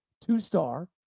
two-star